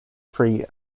free